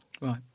right